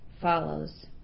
follows